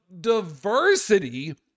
diversity